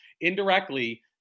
Indirectly